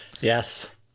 yes